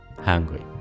hungry